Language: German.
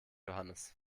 johannes